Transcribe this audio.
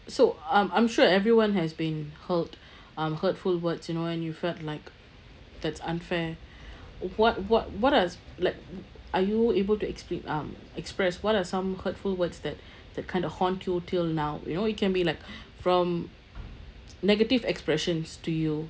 so I'm I'm sure everyone has been hurled um hurtful words you know and you felt like that's unfair wh~ what what what has like are you able to explain uh express what are some hurtful words that that kind of haunt you till now you know you can be like from negative expressions to you